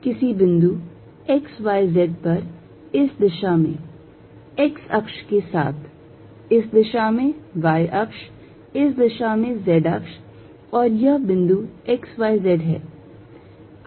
किसी बिंदु x y z पर इस दिशा में x अक्ष के साथ इस दिशा में y अक्ष इस दिशा में z अक्ष और यह बिंदु x y z है